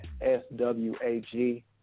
S-W-A-G